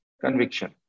conviction